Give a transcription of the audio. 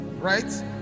Right